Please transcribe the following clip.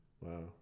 Wow